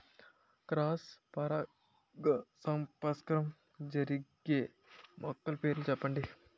Cross పరాగసంపర్కం జరిగే మొక్కల పేర్లు చెప్పండి?